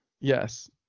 Yes